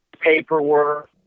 paperwork